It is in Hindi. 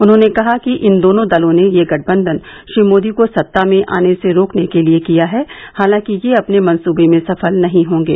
उन्होंने कहा कि इन दोनों दलों ने यह गठबंधन श्री मोदी को सत्ता में आने से रोकने के लिये किया है हालांकि यह अपने मंसूबे में सफल नहीं होंगे